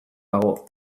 dago